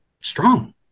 strong